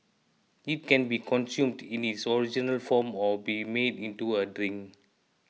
it can be consumed in its original form or be made into a drink